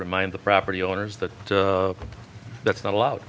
remind the property owners that that's not allowed